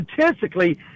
statistically